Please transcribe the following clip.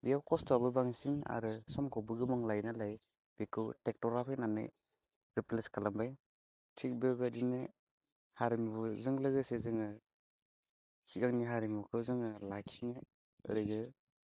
बेयो खस्थ'आबो बांसिन आरो समखौबो गोबां लायो नालाय बेखौ ट्रेक्टरा फैनानै रिप्लेस खालामबाय थिग बेबायदिनो हारिमुजों लोगोसे जोङो सिगांनि हारिमुखौ जोङो लाखिनो ओरैनो